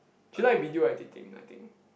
she like video editing i think